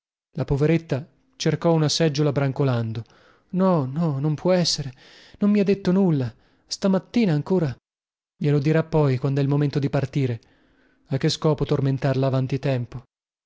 la poveretta cercò una seggiola brancolando no no non può essere non mi ha detto nulla stamattina ancora glielo dirà poi quandè il momento di partire a che scopo tormentarla avanti tempo